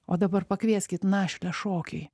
o dabar pakvieskit našlę šokiui